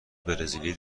برزیلی